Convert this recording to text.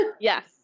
Yes